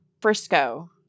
Frisco